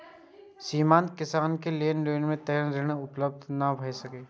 सीमांत किसान के लेल कोन तरहक ऋण उपलब्ध भ सकेया?